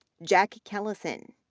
jack kellison,